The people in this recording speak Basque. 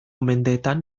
mendeetan